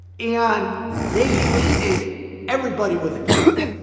and they hated everybody with a camera.